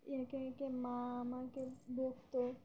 এঁকে এঁকে মা আমাকে বকত